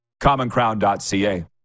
commoncrown.ca